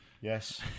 Yes